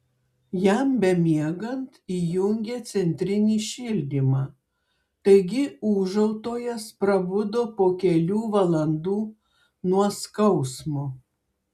jam bemiegant įjungė centrinį šildymą taigi ūžautojas prabudo po kelių valandų nuo skausmo